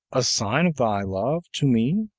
a sign of thy love to me?